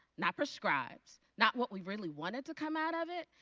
not prescribed, not what we really wanted to come out of it.